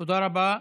תודה רבה.